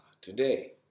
today